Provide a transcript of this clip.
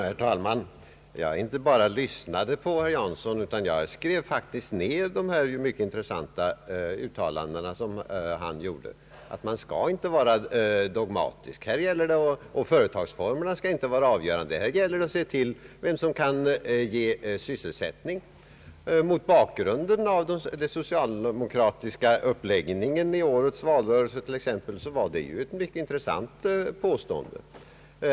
Herr talman! Jag inte bara lyssnade noga på herr Paul Jansson, utan jag skrev faktiskt ner de mycket intressanta uttalanden som han gjorde att man inte skall vara dogmatisk, att företagsformerna inte skall vara avgörande utan att här gäller det vem som kan ge SyS selsättning. Mot bakgrunden av den socialdemokratiska — uppläggningen av årets valrörelse t.ex. var det ett mycket intressant påstående.